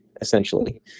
essentially